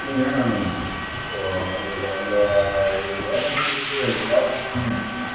இல்லைங்க நான் இப்போ உங்கள் உங்கள் ஏஜென்ஸிலேருந்து கேப் புக் பண்ணியிருந்தேங்க